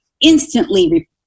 instantly